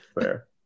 Fair